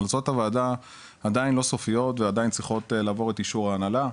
המלצות הוועדה עדיין לא סופיות ועדיין צריכות לעבור את אישור ההנהלה,